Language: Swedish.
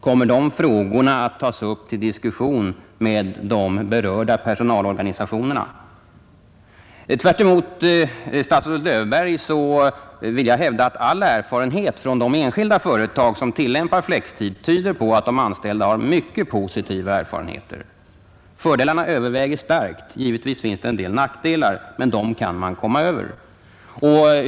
Kommer de frågorna att tas upp till diskussion med de berörda personalorganisationerna? Tvärtemot statsrådet Löfberg vill jag hävda att de anställda vid de enskilda företag som tillämpar flextid har mycket positiva erfarenheter. Fördelarna överväger starkt. Givetvis finns det vissa nackdelar, men dem kan man komma över.